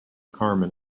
carmen